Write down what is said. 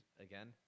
again